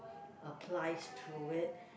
applies to it